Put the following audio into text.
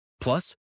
Plus